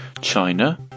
China